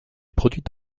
produit